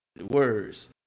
words